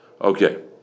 Okay